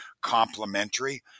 complementary